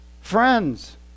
Friends